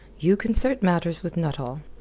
you concert matters with nuttall.